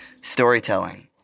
storytelling